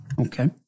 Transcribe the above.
Okay